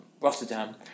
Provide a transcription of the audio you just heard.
Rotterdam